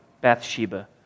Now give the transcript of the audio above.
Bathsheba